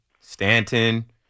Stanton